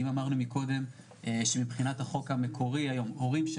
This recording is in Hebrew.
אם אמרנו קודם שמבחינת החוק המקורי היום הורים,